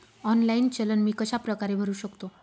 Online चलन मी कशाप्रकारे भरु शकतो?